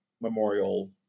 memorial